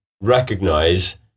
recognize